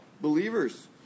believers